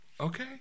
Okay